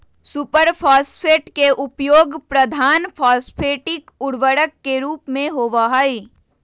super phosphate के उपयोग प्रधान फॉस्फेटिक उर्वरक के रूप में होबा हई